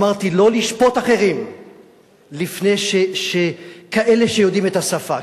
אמרתי: לא לשפוט אחרים לפני כאלה שיודעים את השפה,